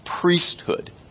priesthood